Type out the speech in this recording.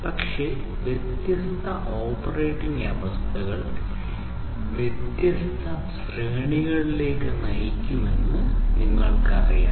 പക്ഷേ വ്യത്യസ്ത ഓപ്പറേറ്റിംഗ് അവസ്ഥകൾ വ്യത്യസ്ത ശ്രേണികളിലേക്ക് നയിക്കുമെന്ന് നിങ്ങൾക്കറിയാം